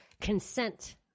consent